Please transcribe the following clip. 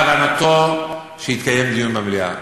כוונתו שיתקיים דיון במליאה.